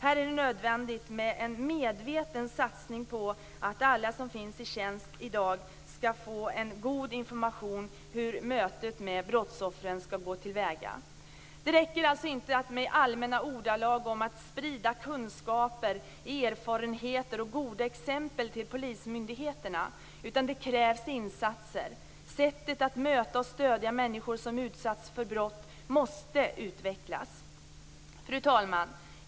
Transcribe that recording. Här är det nödvändigt med en medveten satsning på att alla som finns i tjänst i dag skall få en god information om hur möten med brottsoffer skall gå till. Det räcker alltså inte med allmänna ordalag om att sprida kunskap, erfarenheter och goda exempel till polismyndigheterna. Det krävs insatser. Sättet att möta och stödja människor som utsatts för brott måste utvecklas. Fru talman!